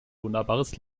wunderbares